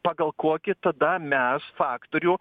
pagal kokį tada mes faktorių